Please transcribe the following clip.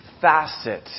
facet